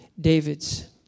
David's